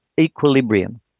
equilibrium